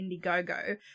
indiegogo